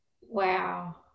Wow